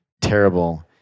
terrible